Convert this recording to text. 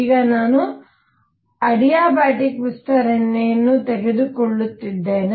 ಈಗ ನಾನು ಅಡಿಯಾಬಾಟಿಕ್ ವಿಸ್ತರಣೆಯನ್ನು ತೆಗೆದುಕೊಳ್ಳುತ್ತಿದ್ದೇನೆ